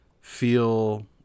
feel